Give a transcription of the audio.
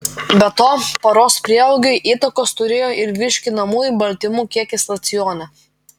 be to paros prieaugiui įtakos turėjo ir virškinamųjų baltymų kiekis racione